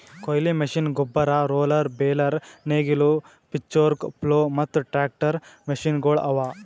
ಕೊಯ್ಲಿ ಮಷೀನ್, ಗೊಬ್ಬರ, roller, baler, ನೇಗಿಲು, ಪಿಚ್ಫೋರ್ಕ್, ಪ್ಲೊ ಮತ್ತ ಟ್ರಾಕ್ಟರ್ ಮಷೀನಗೊಳ್ ಅವಾ